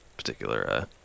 particular